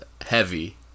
heavy